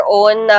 own